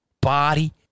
body